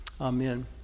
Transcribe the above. Amen